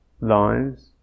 lives